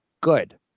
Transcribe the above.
Good